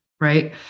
right